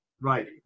Right